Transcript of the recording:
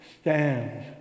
stands